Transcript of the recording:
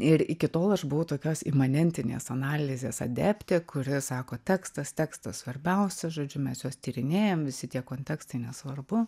ir iki tol aš buvau tokios imanentinės analizės adepte kuri sako tekstas tekstas svarbiausia žodžiu mes juos tyrinėjam visi tie kontekstai nesvarbu